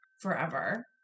forever